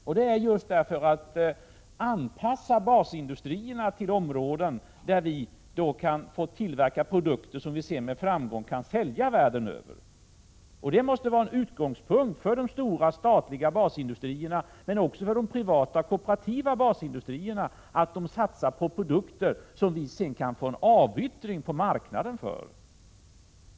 Detta sker just för att anpassa basindustrierna till områden där vi kan tillverka produkter som vi med framgång kan sälja världen över. Det måste vara en utgångspunkt för de stora statliga basindustrierna, men också för de privata och kooperativa basindustrierna, att satsa på produkter som går att avyttra på marknaden.